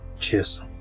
Cheers